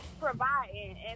providing